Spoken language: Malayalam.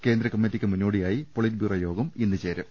കേന്ദ്ര കമ്മിറ്റിക്ക് മുന്നോടിയായി പൊളിറ്റ് ബ്യൂറോ യോഗം ഇന്നു ചേരും